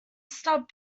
stub